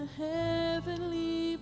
heavenly